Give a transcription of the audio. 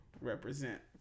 represent